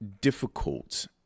difficult